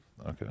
okay